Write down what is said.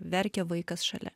verkia vaikas šalia